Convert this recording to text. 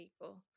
people